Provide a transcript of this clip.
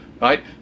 right